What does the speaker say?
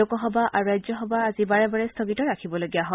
লোকসভা আৰু ৰাজ্য সভা আজি বাৰে বাৰে স্থগিত ৰাখিবলগীয়া হয়